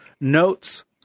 notes